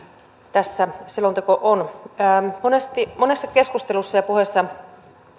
tässä selonteko on monessa keskustelussa ja puheessa